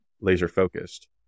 laser-focused